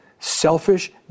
selfish